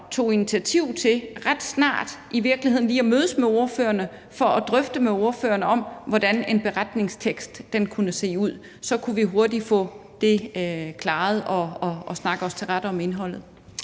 tog initiativ til lige at mødes med ordførerne for at drøfte med ordførerne, hvordan en beretningstekst kunne se ud? For så kunne vi hurtigt få det klaret og få snakket os til rette om indholdet.